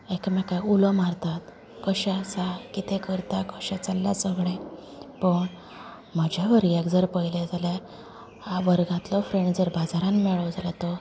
एका मेकाक उलो मारतात कशें आसा कितें करता कशें चल्लां सगळें पण म्हाज्या भुरग्याक जर पयलें जाल्यार वर्गातलो फ्रेंड जर बाजारान मेळ्ळो जाल्यार तो